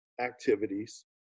activities